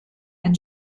ein